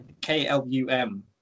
K-L-U-M